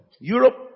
Europe